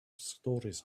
stories